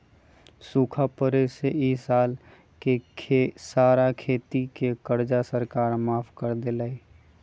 सूखा पड़े से ई साल के सारा खेती के कर्जा सरकार माफ कर देलई